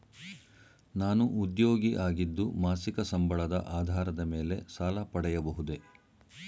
ನಾನು ಉದ್ಯೋಗಿ ಆಗಿದ್ದು ಮಾಸಿಕ ಸಂಬಳದ ಆಧಾರದ ಮೇಲೆ ಸಾಲ ಪಡೆಯಬಹುದೇ?